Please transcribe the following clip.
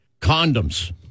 Condoms